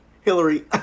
Hillary